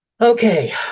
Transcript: Okay